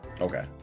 Okay